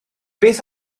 beth